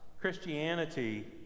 Christianity